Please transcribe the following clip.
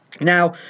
now